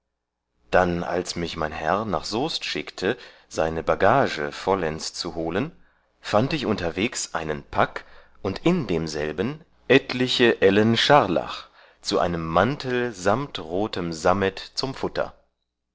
dann als mich mein herr nach soest schickte seine bagage vollends zu holen fand ich unterwegs einen pack und in demselbigen etliche ehlen scharlach zu einem mantel samt rotem sammet zum futter